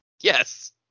Yes